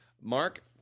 Mark